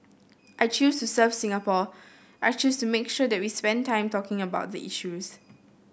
I chose to serve Singapore I chose to make sure that we spend time talking about the issues